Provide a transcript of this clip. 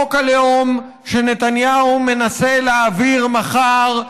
חוק הלאום שנתניהו מנסה להעביר מחר,